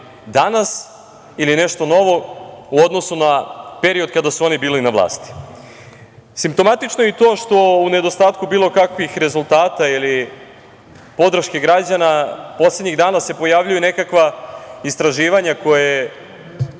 danas ili nešto novo u odnosu na period kada su oni bili na vlasti. Simptomatično je i to što u nedostatku bilo kakvih rezultata ili podrške građana, poslednjih dana se pojavljuje nekakva istraživanja koja